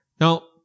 Now